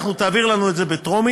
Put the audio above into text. תעביר לנו את זה בטרומית,